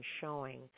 showing